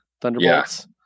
Thunderbolts